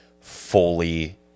fully